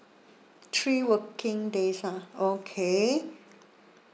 three working days lah okay